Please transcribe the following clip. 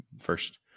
First